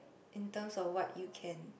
in terms of what you can